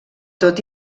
tot